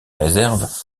réserves